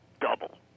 double